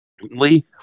Lee